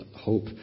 hope